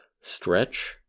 stretch